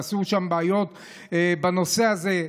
ועשו שם בעיות בנושא הזה.